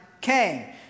came